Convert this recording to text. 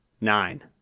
nine